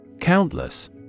Countless